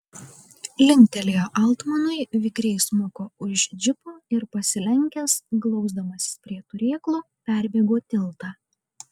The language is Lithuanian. linktelėjo altmanui vikriai smuko už džipo ir pasilenkęs glausdamasis prie turėklų perbėgo tiltą